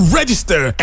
register